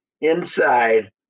inside